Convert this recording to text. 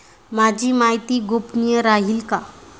माझी माहिती गोपनीय राहील का?